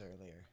earlier